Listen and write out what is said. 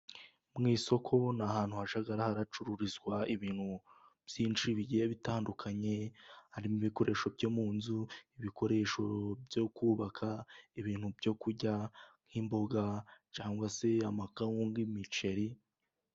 Mu isoko ni ahantu hajya hacururizwa ibintu byinshi bigiye bitandukanye, harimo ibikoresho byo mu nzu ibikoresho byo kubaka ibintu byo kurya nk'imboga cyangwa se amakawunga, imiceri.